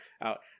out